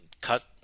cut